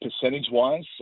percentage-wise